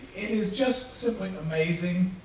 it is just simply amazing,